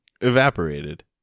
Evaporated